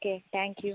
okay thank you